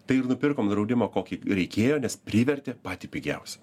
tai ir nupirkom draudimą kokį reikėjo nes privertė patį pigiausią